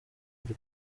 buri